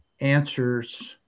answers